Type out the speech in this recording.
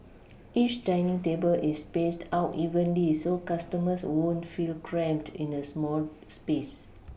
each dining table is spaced out evenly so customers won't feel cramped in a small space